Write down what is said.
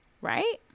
Right